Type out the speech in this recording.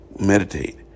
meditate